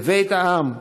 בבית העם,